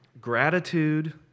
gratitude